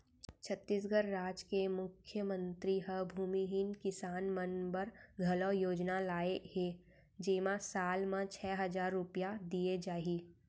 छत्तीसगढ़ राज के मुख्यमंतरी ह भूमिहीन किसान मन बर घलौ योजना लाए हे जेमा साल म छै हजार रूपिया दिये जाही